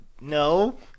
No